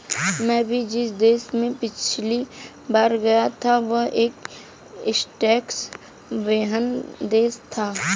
मैं भी जिस देश में पिछली बार गया था वह एक टैक्स हेवन देश था